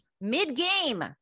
mid-game